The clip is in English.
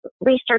research